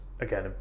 again